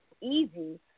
easy